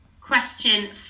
Question